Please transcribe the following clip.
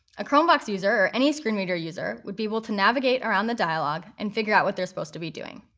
a chromevox user or any screen reader user would be able to navigate around the dialog and figure out what they're supposed to be doing.